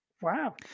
wow